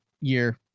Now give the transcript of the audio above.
year